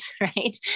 right